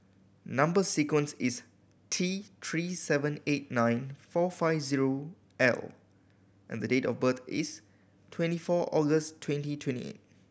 number sequence is T Three seven eight nine four five zero L and the date of birth is twenty four August twenty twenty eight